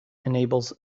enables